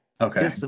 Okay